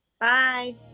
Bye